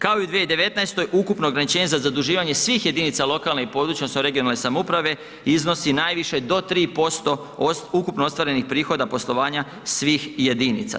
Kao i u 2019., ukupno ograničenje za zaduživanje svih jedinica lokalne i područne odnosno regionalne samouprave, iznosi najviše do 3% ukupno ostvarenih prihoda poslovanja svih jedinica.